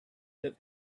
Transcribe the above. took